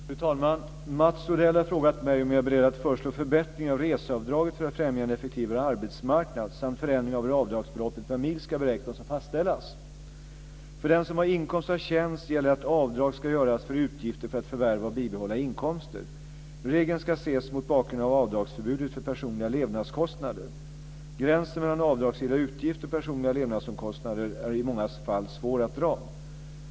Fru talman! Mats Odell har frågat mig om jag är beredd att föreslå förbättringar av reseavdraget för att främja en effektivare arbetsmarknad samt förändringar av hur avdragsbeloppet per mil ska beräknas och fastställas. För den som har inkomst av tjänst gäller att avdrag ska göras för utgifter för att förvärva och bibehålla inkomster. Regeln ska ses mot bakgrund av avdragsförbudet för personliga levnadskostnader. Gränsen mellan avdragsgilla utgifter och personliga levnadskostnader är i många fall svår att dra.